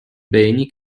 beni